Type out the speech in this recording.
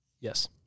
Yes